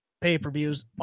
pay-per-views